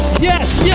yes,